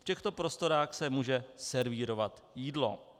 V těchto prostorách se může servírovat jídlo.